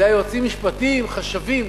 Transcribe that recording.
זה היה יועצים משפטיים, חשבים.